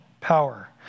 power